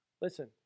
Listen